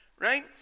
Right